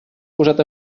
posat